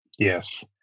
Yes